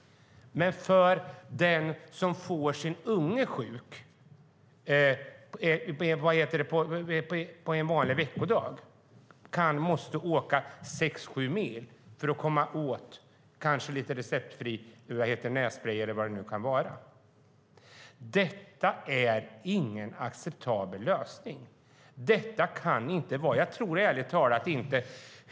Men det är annat för den som får sin unge sjuk på en vanlig veckodag och måste åka sex sju mil för att komma åt kanske lite receptfri nässprej eller vad det nu kan vara. Detta är ingen acceptabel lösning.